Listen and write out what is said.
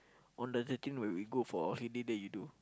on the thirteen when we go for cleaning then you do